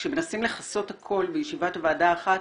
כשמנסים לכסות הכול בישיבת ועדה אחת,